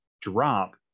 drop